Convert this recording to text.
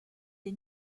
des